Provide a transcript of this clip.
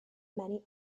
many